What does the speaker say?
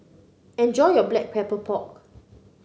enjoy your Black Pepper Pork